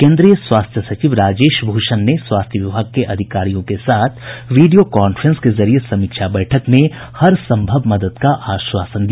केन्द्रीय स्वास्थ्य सचिव राजेश भूषण ने स्वास्थ्य विभाग के अधिकारियों के साथ वीडियो कांफ्रेंस के जरिये समीक्षा बैठक में हर सम्भव मदद का आश्वासन दिया